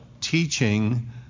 teaching